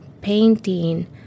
painting